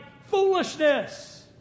foolishness